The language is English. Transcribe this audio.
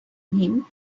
him